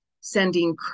sending